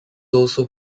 also